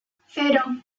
cero